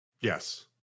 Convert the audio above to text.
Yes